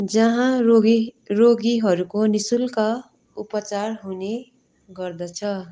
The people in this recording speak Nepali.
जहाँ रोगी रोगीहरूको निःशुल्क उपचार हुने गर्दछ